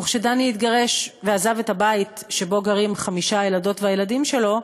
וכשדני התגרש ועזב את הבית שבו גרים חמשת הילדות והילדים שלו,